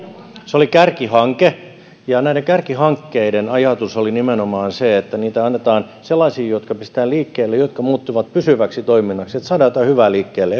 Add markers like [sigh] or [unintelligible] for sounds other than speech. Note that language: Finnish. oli kärkihanke ja näiden kärkihankkeiden ajatus oli nimenomaan se että niitä annetaan sellaisiin jotka pistetään liikkeelle jotka muuttuvat pysyväksi toiminnaksi niin että saadaan jotain hyvää liikkeelle [unintelligible]